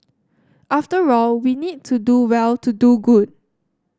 after all we need to do well to do good